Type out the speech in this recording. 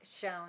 shown